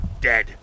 dead